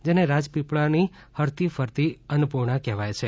જેને રાજપીપળાની હરતી ફરતી અન્નપૂર્ણ કહેવાય છે